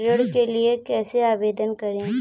ऋण के लिए कैसे आवेदन करें?